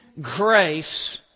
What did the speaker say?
grace